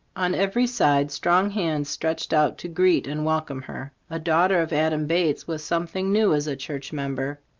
on every side strong hands stretched out to greet and welcome her. a daughter of adam bates was something new as a church member.